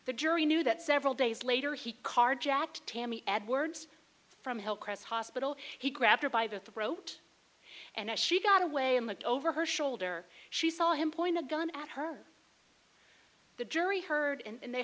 the jury knew that several days later he carjacked tammy edwards from hell cross hospital he grabbed her by the throat and as she got away and looked over her shoulder she saw him point a gun at her the jury heard and